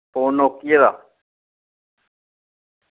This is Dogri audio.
फोन नोकिआ दा